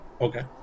Okay